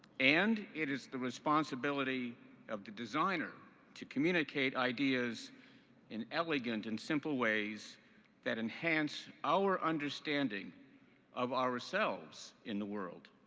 and it is the responsibility of the designer to communicate ideas in elegant and simple ways that enhance our understanding of ourselves in the world.